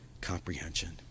comprehension